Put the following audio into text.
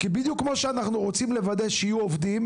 בדיוק כמו שאנחנו רוצים לוודא שיהיו עובדים